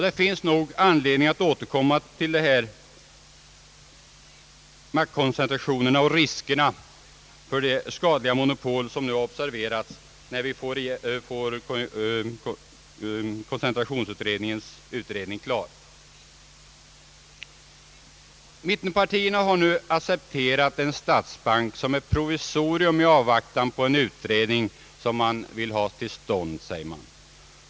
Det finns nog anledning att återkomma till frågan om dessa maktkoncentrationer och riskerna för de skadliga monopol som nu observeras när koncentrationsutredningens förslag framlägges. Mittenpartierna har nu accepterat en statsbank som ett provisorium i avvaktan på en utredning som man vill ha till stånd.